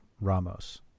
Ramos